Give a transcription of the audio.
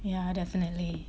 yeah definitely